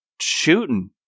shooting